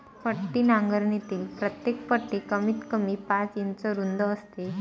पट्टी नांगरणीतील प्रत्येक पट्टी कमीतकमी पाच इंच रुंद असते